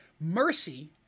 Mercy